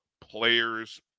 players